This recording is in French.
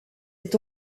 est